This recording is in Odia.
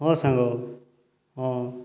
ହଁ ସାଙ୍ଗ ହଁ